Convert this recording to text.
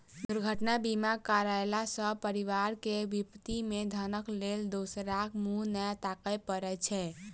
दुर्घटना बीमा करयला सॅ परिवार के विपत्ति मे धनक लेल दोसराक मुँह नै ताकय पड़ैत छै